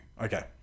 Okay